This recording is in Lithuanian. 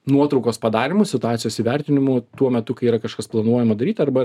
nuotraukos padarymu situacijos įvertinimu tuo metu kai yra kažkas planuojama daryt arba